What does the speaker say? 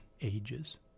ages